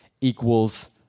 equals